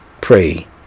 pray